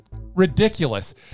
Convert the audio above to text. ridiculous